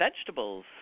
vegetables